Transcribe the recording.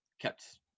kept